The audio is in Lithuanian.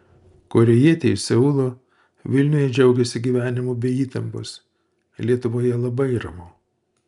korėjietė iš seulo vilniuje džiaugiasi gyvenimu be įtampos lietuvoje labai ramu